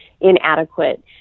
inadequate